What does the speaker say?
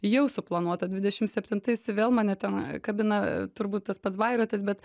jau suplanuota dvidešim septintais vėl mane ten kabina turbūt tas pats bairotas bet